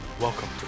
Welcome